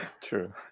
True